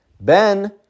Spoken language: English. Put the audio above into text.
Ben